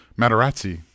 Matarazzi